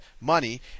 money